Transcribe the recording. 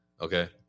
Okay